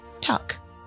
Tuck